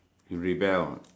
you rebel